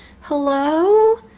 Hello